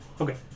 Okay